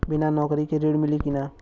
बिना नौकरी के ऋण मिली कि ना?